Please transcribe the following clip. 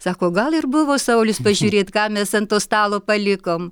sako gal ir buvo saulius pažiūrėt ką mes ant to stalo palikom